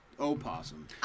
Opossum